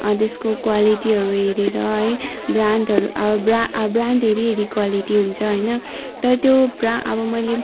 त्यसको क्वालिटीहरू हेरेर है ब्रान्डहरू अब ब्रा ब्रान्ड हेरी हेरी क्वालिटी हुन्छ होइन तर त्यो ब्रा अब मैले